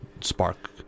spark